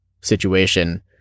situation